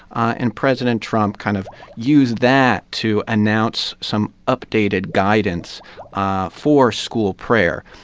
and president trump kind of used that to announce some updated guidance for school prayer.